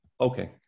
Okay